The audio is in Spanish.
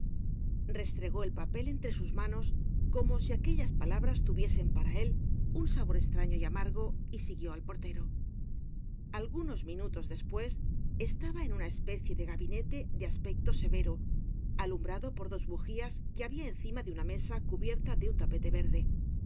restregó el papel entre sus manos como si aquellas palabras tuviesen para él un sabor estraño y amargo y siguió al portero algunos minutos despues estaba en una especie de gabinete de aspecto severo alumbrado por dos bugías que habia encima de una mesa cubierta de un tapete verde